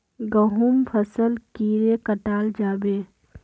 गहुम फसल कीड़े कटाल जाबे?